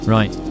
Right